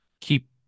keep